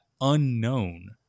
unknown